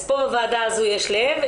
אז פה לוועדה הזאת יש לב,